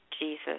Jesus